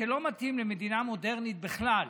שלא מתאים למדינה מודרנית בכלל.